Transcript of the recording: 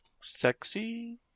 sexy